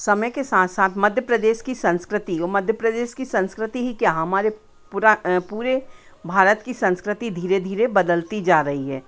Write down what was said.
समय के साथ साथ मध्य प्रदेश की संस्कृति हो मध्य प्रदेश की संस्कृति ही क्या हमारे पूरा पूरे भारत की संस्कृति धीरे धीरे बदलती जा रही है